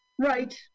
right